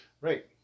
right